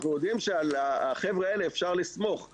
אנחנו יודעים שאפשר לסמוך על החבר'ה האלה.